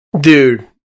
Dude